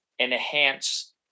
enhance